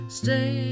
stay